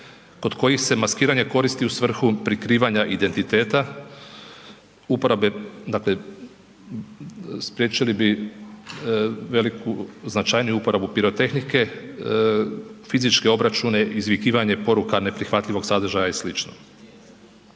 kod kojih se maskiranje koristi u svrhu prikrivanja identiteta uporabe dakle, spriječili bi veliku, značajniju uporabu pirotehnike, fizičke obračune, izvikivanje poruka neprihvatljivog sadržaja i sl.